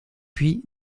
puis